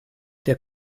der